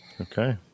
Okay